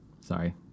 Sorry